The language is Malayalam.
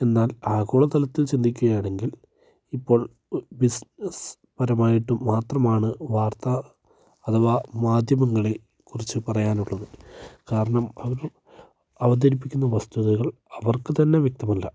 എന്നാൽ ആഗോള തലത്തിൽ ചിന്തിക്കുകയാണെങ്കിൽ ഇപ്പോൾ ബിസിനസ് പരമായിട്ടും മാത്രമാണ് വാർത്ത അഥവാ മാധ്യമങ്ങളെ കുറിച്ചു പറയാനുള്ളത് കാരണം അവർ അവതരിപ്പിക്കുന്ന വസ്തുതകൾ അവർക്ക് തന്നെ വ്യക്തമല്ല